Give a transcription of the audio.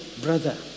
brother